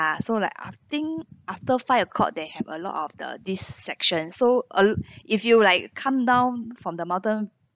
ya so like I think after five o'clock they have a lot of the this section so uh if you like come down from the mountain